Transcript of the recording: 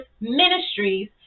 ministries